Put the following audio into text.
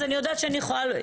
אז אני יודעת שאני יכולה.